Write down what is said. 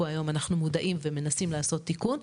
היום אנחנו מודעים ומנסים לעשות תיקון.